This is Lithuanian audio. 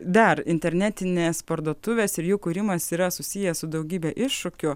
dar internetinės parduotuvės ir jų kūrimas yra susijęs su daugybe iššūkių